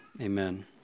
amen